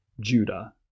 Judah